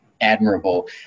admirable